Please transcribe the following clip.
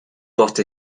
porte